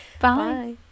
bye